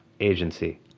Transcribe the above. agency